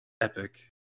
Epic